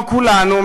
כמו כולנו,